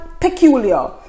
peculiar